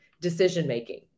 decision-making